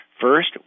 First